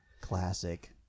Classic